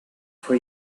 for